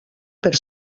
per